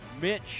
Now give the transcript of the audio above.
Mitch